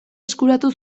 eskuratu